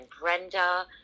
Brenda